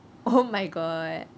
oh my god